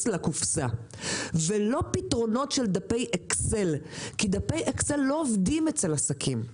לקופסה ולא פתרונות של דפי אקסל כי דפי אקסל לא עובדים אצל עסקים,